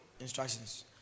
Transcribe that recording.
instructions